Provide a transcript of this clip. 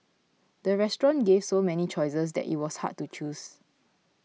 the restaurant gave so many choices that it was hard to choose